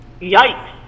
Yikes